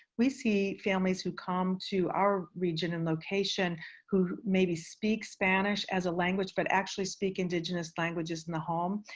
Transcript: we see families who come to our region and location who maybe speak spanish as a language, but actually speak indigenous languages in the home.